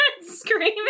screaming